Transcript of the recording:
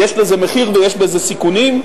יש לזה מחיר ויש בזה סיכונים.